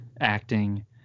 acting